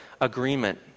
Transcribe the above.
agreement